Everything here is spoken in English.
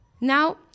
Now